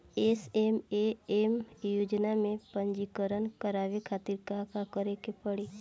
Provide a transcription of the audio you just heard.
SMAM योजना में पंजीकरण करावे खातिर का का करे के पड़ी?